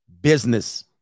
business